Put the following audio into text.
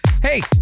hey